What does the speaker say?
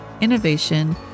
innovation